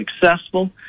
successful